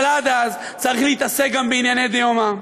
אבל עד אז צריך להתעסק גם בענייני דיומא,